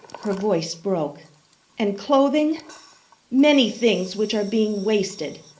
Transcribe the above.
her voice broke and clothing many things, which are being wasted.